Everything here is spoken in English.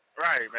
Right